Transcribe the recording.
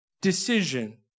decision